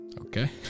Okay